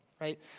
right